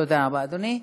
תודה רבה, אדוני.